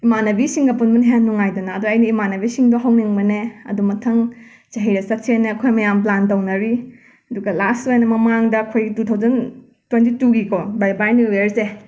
ꯏꯃꯥꯟꯅꯕꯤꯁꯤꯡꯒ ꯄꯨꯟꯕꯅ ꯍꯦꯟꯅ ꯅꯨꯡꯉꯥꯏꯗꯅ ꯑꯗꯣ ꯑꯩꯅ ꯏꯃꯥꯟꯅꯕꯤꯁꯤꯡꯗꯣ ꯍꯧꯅꯤꯡꯕꯅꯦ ꯑꯗꯣ ꯃꯊꯪ ꯆꯍꯤꯗ ꯆꯠꯁꯦꯅ ꯑꯩꯈꯣꯏ ꯃꯌꯥꯝ ꯄ꯭ꯂꯥꯟ ꯇꯧꯅꯔꯤ ꯑꯗꯨꯒ ꯂꯥꯁꯠ ꯑꯣꯏꯅ ꯃꯃꯥꯡꯗ ꯑꯩꯈꯣꯏ ꯇꯨ ꯊꯥꯎꯖꯟ ꯇ꯭ꯋꯦꯟꯇꯤ ꯇꯨꯒꯤ ꯀꯣ ꯕꯥꯏ ꯕꯥꯏ ꯅꯨꯌꯔꯁꯦ